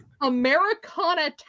Americana